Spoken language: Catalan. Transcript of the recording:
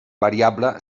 variable